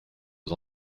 aux